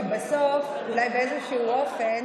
שבסוף אולי באיזשהו אופן